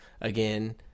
again